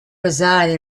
reside